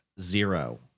Zero